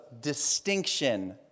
distinction